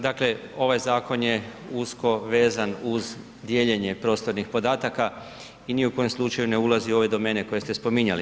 Dakle ovaj zakon je usko vezan uz dijeljenje prostornih podataka i ni u kom slučaju ne ulazi u ove domene koje ste spominjali.